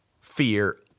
fear